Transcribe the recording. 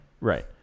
Right